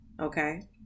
Okay